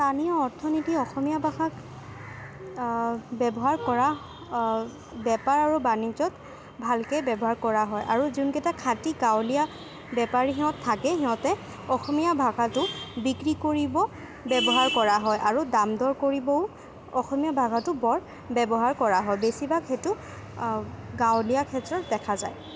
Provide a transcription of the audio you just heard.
স্থানীয় অৰ্থনীতি অসমীয়া ভাষাক ব্যৱহাৰ কৰা বেপাৰ আৰু বাণিজ্যত ভালকৈয়ে ব্যৱহাৰ কৰা হয় আৰু যোনকেইটা খাটি গাঁৱলীয়া বেপাৰী সিহঁত থাকে সিহঁতে অসমীয়া ভাষাটো বিক্ৰী কৰিব ব্যৱহাৰ কৰা হয় আৰু দাম দৰ কৰিবও অসমীয়া ভাষাটো বৰ ব্যৱহাৰ কৰা হয় বেছিভাগ সেইটো গাঁৱলীয়া ক্ষেত্ৰত দেখা যায়